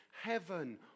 heaven